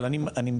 אבל, אני מבקש,